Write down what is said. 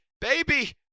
Baby